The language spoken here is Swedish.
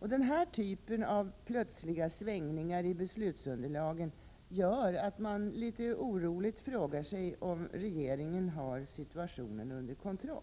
Den här typen av plötsliga svängningar i beslutsunderlagen gör att man litet oroligt frågar sig om regeringen har situationen under kontroll.